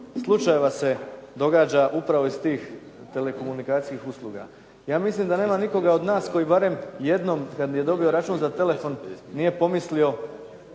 slučajeva se događa upravo iz tih telekomunikacijskih usluga. Ja mislim da nema nikoga od nas barem jednom kada je dobio račun za telefon nije pomislio